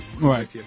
Right